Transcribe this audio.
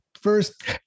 first